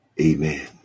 amen